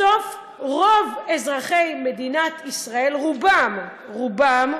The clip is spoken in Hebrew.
בסוף רוב אזרחי מדינת ישראל, רובם, רובם,